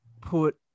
put